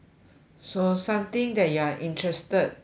so something that you are interested with